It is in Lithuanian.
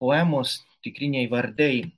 poemos tikriniai vardai